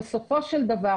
בסופו של דבר,